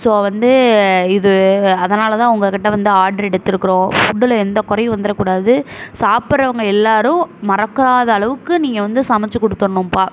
so வந்து இது அதனால் தான் உங்கக்கிட்டே வந்து ஆர்ட்ரு எடுத்துருக்கிறோம் ஃபுட்டில் எந்த குறையும் வந்துடக்கூடாது சாப்ட்றவுங்க எல்லோரும் மறக்காத அளவுக்கு நீங்கள் வந்து சமைச்சி கொடுத்தர்ணும்ப்பா